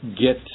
Get